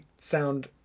sound